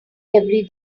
every